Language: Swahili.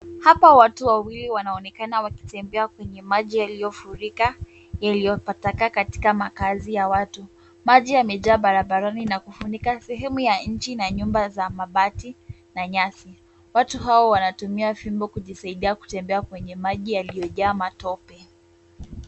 Hapa watu wawili wanaonekana wakitembea kwenye maji yaliyofurika yaliyopatakaa katika makazi ya watu. Maji yamejaa barabarani na kufunika sehemu ya nchi na nyumba za mabati na nyasi. Watu hao wanatumia fimbo kujisaidia kutembea kwenye maji yaliyojaa matope.